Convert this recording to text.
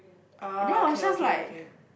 oh okay okay okay